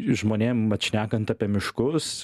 žmonėm vat šnekant apie miškus